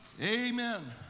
Amen